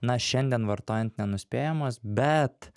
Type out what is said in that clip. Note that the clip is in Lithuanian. na šiandien vartojant nenuspėjamos bet